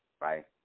right